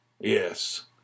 Yes